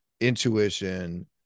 intuition